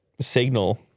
signal